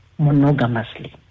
monogamously